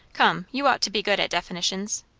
come, you ought to be good at definitions.